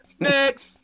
next